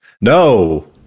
No